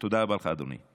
תודה רבה לך, אדוני.